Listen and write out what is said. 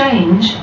Change